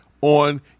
on